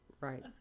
Right